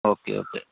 okay okay